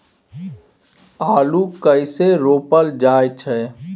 आलू कइसे रोपल जाय छै?